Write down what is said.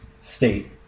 state